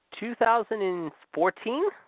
2014